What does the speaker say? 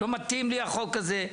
לא מתאים לי החוק הזה,